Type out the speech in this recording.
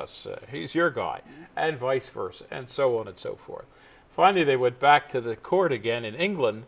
cheat us he's your guy and vice versa and so on and so forth finally they went back to the court again in england